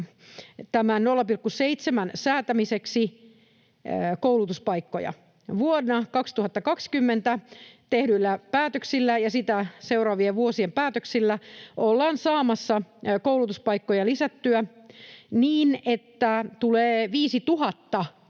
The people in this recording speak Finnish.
tämän 0,7-mitoituksen säätämiseksi. Vuonna 2020 tehdyillä päätöksillä ja sitä seuraavien vuosien päätöksillä ollaan saamassa koulutuspaikkoja lisättyä niin, että tulee 5 000 —